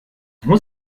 muss